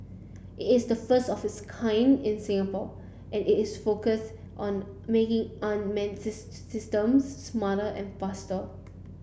it is the first of its kind in Singapore and is focus on making unmanned systems smarter and faster